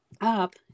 up